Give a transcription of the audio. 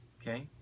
Okay